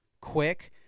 quick